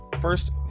first